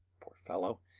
poor fellow,